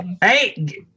Hey